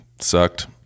sucked